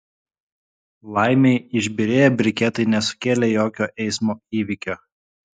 laimei išbyrėję briketai nesukėlė jokio eismo įvykio